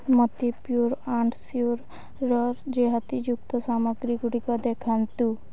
ମୋତେ Pure and Sure ର ରିହାତିଯୁକ୍ତ ସାମଗ୍ରୀଗୁଡ଼ିକ ଦେଖାନ୍ତୁ